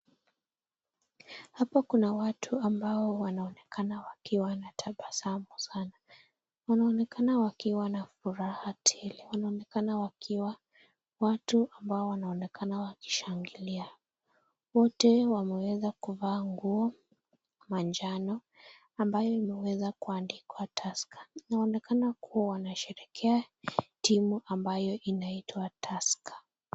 Hapa kuna watu ambao wanaonekana wakiwa na tabasamu sana. Wanaonekana wakiwa na furaha tele. Wanaonekana wakiwa watu ambao wanaonekana wakishangilia. Wote wameweza kuvaa nguo manjano, ambayo imeweza kuandikwa Tusker . Inaonekana kuwa wanasherehekea timu ambayo inaitwa Tusker .